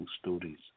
stories